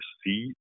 see